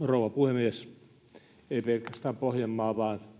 rouva puhemies ei pelkästään pohjanmaa vaan myös